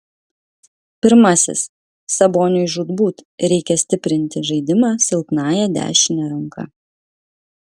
pirmasis saboniui žūtbūt reikia stiprinti žaidimą silpnąja dešine ranka